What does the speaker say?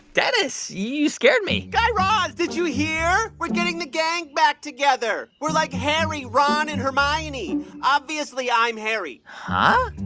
dennis, you scared me guy raz, did you hear? we're getting the gang back together. we're like harry, ron and hermione. obviously, i'm harry huh?